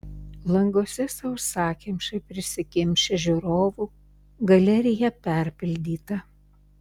languose sausakimšai prisikimšę žiūrovų galerija perpildyta